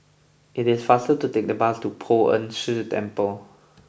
it is faster to take the bus to Poh Ern Shih Temple